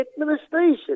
administration